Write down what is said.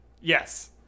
yes